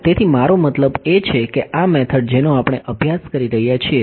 તેથી મારો મતલબ એ છે કે આ મેથડ જેનો આપણે અભ્યાસ કરી રહ્યા છીએ તે FDTD છે